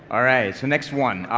alright, so next one.